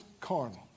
carnal